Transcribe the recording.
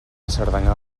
cerdanyola